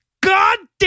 goddamn